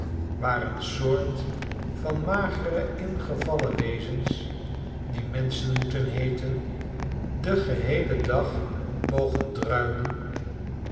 waar een soort van magere ingevallen wezens die menschen moeten heeten den geheelen dag mogen druilen